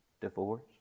divorce